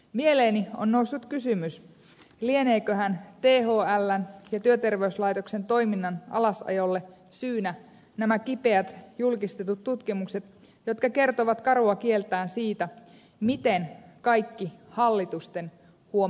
mieleeni on noussut kysymys lieneeköhän thln ja työterveyslaitoksen toiminnan alasajolle syynä nämä kipeät julkistetut tutkimukset jotka kertovat karua kieltään siitä miten kaikki hallitusten huom